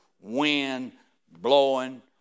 wind-blowing